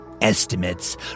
Estimates